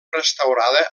restaurada